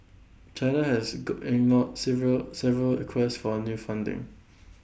China has good ignored several several requests for new funding